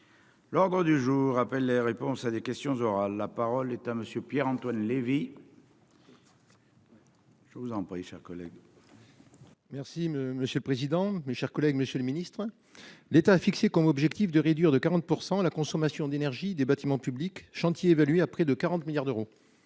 L'ordre du jour appelle les réponses à des questions orales. La parole est à monsieur Pierre-Antoine Levi. Je vous en prie, chers collègues. Merci monsieur le président, mes chers collègues, monsieur le Ministre. L'État a fixé comme objectif de réduire de 40% la consommation d'énergie des bâtiments publics chantier évalué à près de 40 milliards d'euros.